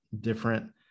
different